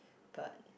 but